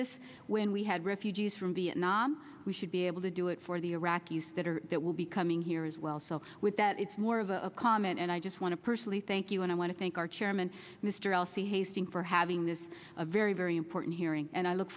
this when we had refugees from vietnam we should be able to do it for the iraqis that are that will be coming here as well so with that it's more of a comment and i just want to personally thank you and i want to thank our chairman mr alcee hastings for having this a very very important hearing and i look